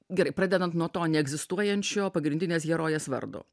gerai pradedant nuo to neegzistuojančio pagrindinės herojės vardo